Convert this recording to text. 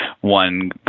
one